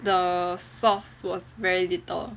the sauce was very little